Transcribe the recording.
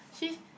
she's